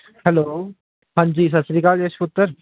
hello ਹਾਂਜੀ ਸਤਿ ਸ਼੍ਰੀ ਅਕਾਲ ਰਜੇਸ ਪੁੱਤਰ